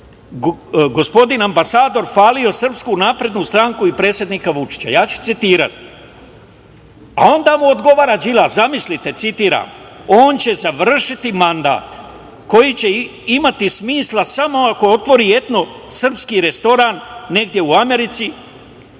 gospodin ambasador hvalio SNS i predsednika Vučića. Ja ću citirati. A onda mu odgovara Đilas, zamislite, citiram: „On će završiti mandat koji će imati smisla samo ako otvori etno srpski restoran negde u Americi,